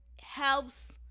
helps